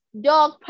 dog